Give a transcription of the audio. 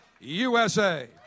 USA